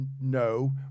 No